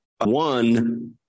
One